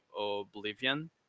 Oblivion